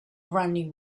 running